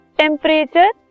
temperature